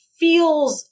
feels